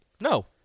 No